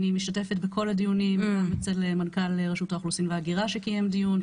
אני משתתפת בכל הדיונים אצל מנכ"ל רשות האוכלוסין וההגירה שקיים דיון,